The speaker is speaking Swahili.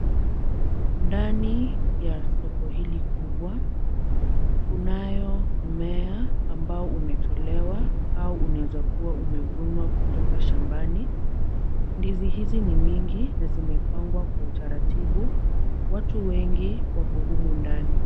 Ndani ya soko hili kubwa kunayo mmea ambao umetolewa au unaweza kuwa umevunwa kutoka shambani. Ndizi hizi ni mingi na zimepangwa kwa utaratibu. Watu wengi wako humu ndani.